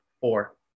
four